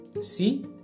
See